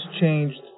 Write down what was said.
changed